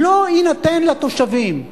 לא יינתן לתושבים.